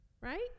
right